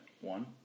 one